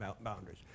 boundaries